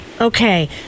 Okay